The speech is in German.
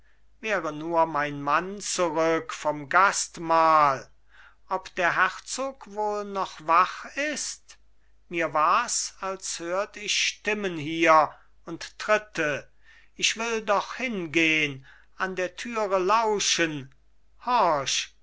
wäre nur mein mann zurück vom gastmahl ob der herzog wohl noch wach ist mir wars als hört ich stimmen hier und tritte ich will doch hingehn an der türe lauschen